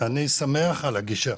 אני שמח על הגישה.